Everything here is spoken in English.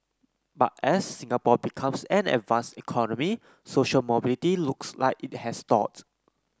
but as Singapore becomes an advanced economy social mobility looks like it has stalled